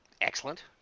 Excellent